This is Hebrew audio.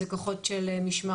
זה הנושא של ממשק